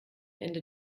ende